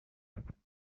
tertiaires